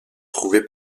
trouvé